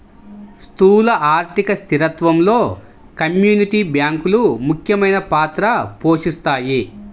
స్థూల ఆర్థిక స్థిరత్వంలో కమ్యూనిటీ బ్యాంకులు ముఖ్యమైన పాత్ర పోషిస్తాయి